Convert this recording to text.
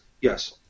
Yes